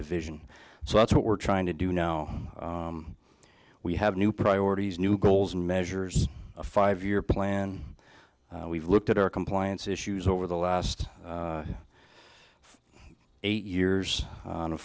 division so that's what we're trying to do now we have new priorities new goals and measures a five year plan we've looked at our compliance issues over the last eight years